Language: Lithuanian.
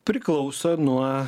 priklauso nuo